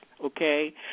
Okay